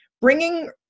bringing